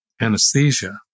anesthesia